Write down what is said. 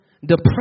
depression